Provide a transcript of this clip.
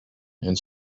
and